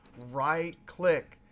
right click,